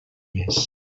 més